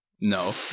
no